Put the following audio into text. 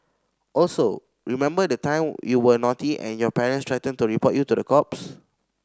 also remember the time you were naughty and your parents threatened to report you to the cops